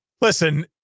listen